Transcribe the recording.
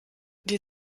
die